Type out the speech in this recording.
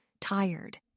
tired